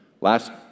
Last